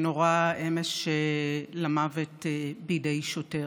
שנורה אמש למוות בידי שוטר.